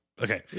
Okay